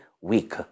weak